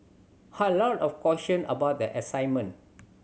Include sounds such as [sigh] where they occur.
[unintelligible] lot of question about the assignment